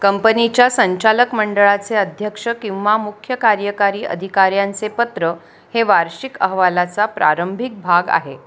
कंपनीच्या संचालक मंडळाचे अध्यक्ष किंवा मुख्य कार्यकारी अधिकाऱ्यांचे पत्र हे वार्षिक अहवालाचा प्रारंभिक भाग आहे